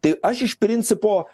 tai aš iš principo